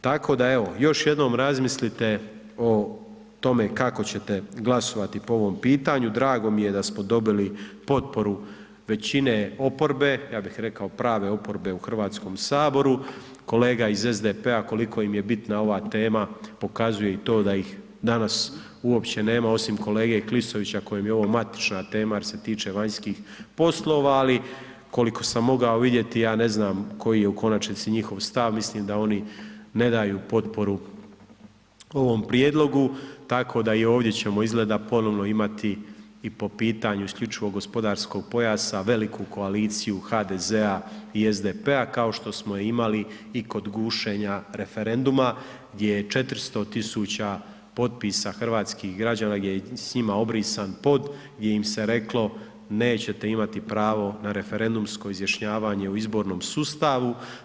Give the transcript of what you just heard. Tako da evo, još jednom razmislite o tome kako ćete glasovati po ovom pitanju, drago mi je da smo dobili potporu većine oporbe, ja bih rekao prave oporbe u Hrvatskom saboru, kolega iz SDP-a koliko im je bitna ova tema pokazuje i to da ih danas uopće nema osim kolege Klisovića kojem je ovo matična tema jer se tiče vanjskih poslova, ali koliko sam mogao vidjeti ja ne znam koji je u konačnici njihov stav, mislim da oni ne daju potporu ovom prijedlogu, tako da i ovdje ćemo izgleda ponovo imati i po pitanju isključivog gospodarskog pojasa veliku koaliciju HDZ-a i SDP-a kao što smo imali i kod gušenja referenduma gdje je 400.000 potpisa hrvatskih građana, gdje je s njima obrisan pod, gdje im se reklo nećete imati pravo na referendumsko izjašnjavanje u izbornom sustavu.